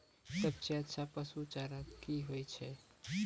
सबसे अच्छा पसु चारा की होय छै?